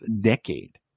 decade